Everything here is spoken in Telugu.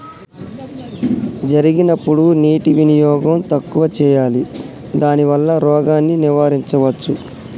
జరిగినప్పుడు నీటి వినియోగం తక్కువ చేయాలి దానివల్ల రోగాన్ని నివారించవచ్చా?